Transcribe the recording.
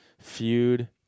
feud